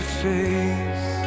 face